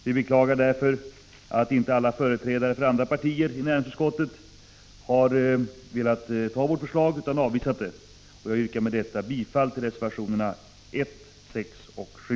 Vi beklagar därför att inte alla företrädare i näringsutskottet för andra partier velat biträda våra förslag utan avvisat dem. Jag yrkar med detta bifall till reservationerna 1, 6 och 7.